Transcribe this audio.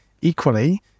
Equally